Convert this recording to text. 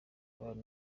abantu